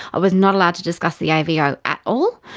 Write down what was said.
i was not allowed to discuss the avo at all.